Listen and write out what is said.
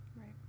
Right